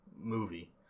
movie